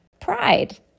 Pride